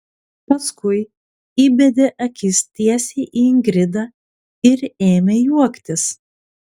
paskui įbedė akis tiesiai į ingridą ir ėmė juoktis